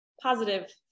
positive